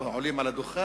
עולים לדוכן